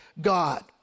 God